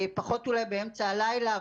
פחות אולי באמצע הלילה,